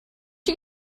you